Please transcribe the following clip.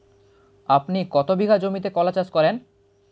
আপনি কত বিঘা জমিতে কলা চাষ করেন?